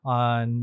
on